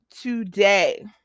today